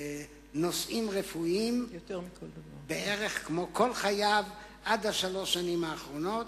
שירותי רפואה בערך כמו בכל חייו עד שלוש השנים האחרונות,